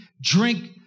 drink